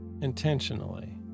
intentionally